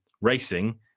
racing